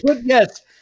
Yes